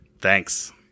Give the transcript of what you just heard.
thanks